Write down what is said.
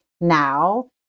now